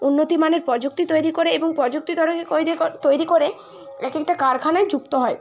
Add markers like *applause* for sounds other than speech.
উন্নত মানের প্রযুক্তি তৈরি করে এবং প্রযুক্তি *unintelligible* তৈরি *unintelligible* তৈরি করে এক একটা কারখানায় যুক্ত হয়